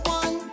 one